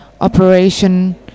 operation